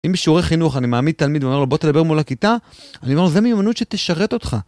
אם בשיעורי חינוך אני מעמיד תלמיד ואומר לו בוא תדבר מול הכיתה, אני אומר לו זו מיומנות שתשרת אותך.